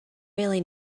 really